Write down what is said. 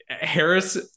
Harris